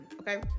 okay